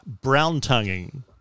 brown-tonguing